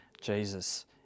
Jesus